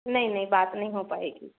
नहीं नहीं बात नहीं हो पाएगी